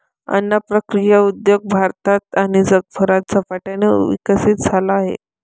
अन्न प्रक्रिया उद्योग भारतात आणि जगभरात झपाट्याने विकसित झाला आहे